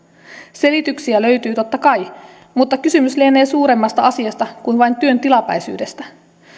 selityksiä löytyy totta kai mutta kysymys lienee suuremmasta asiasta kuin vain työn tilapäisyydestä